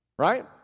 Right